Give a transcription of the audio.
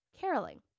caroling